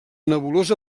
nebulosa